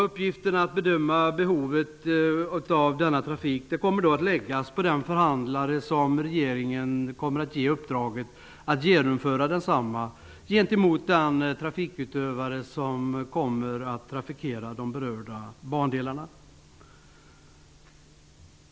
Uppgiften att bedöma behovet av denna trafik kommer att läggas på den förhandlare som regeringen kommer att ge uppdraget att genomföra upphandlingen gentemot den trafikutövare som kommer att trafikera de berörda bandelarna.